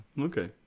Okay